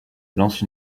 lance